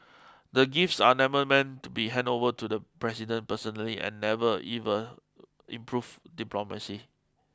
the gifts are never meant to be handed over to the president personally and never ever improved diplomacy